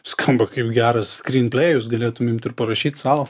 skamba kaip geras skrynplėjus galėtum imt ir parašyt sau